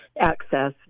access